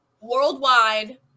worldwide